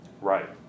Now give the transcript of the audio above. Right